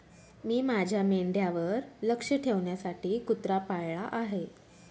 मी माझ्या मेंढ्यांवर लक्ष ठेवण्यासाठी कुत्रा पाळला आहे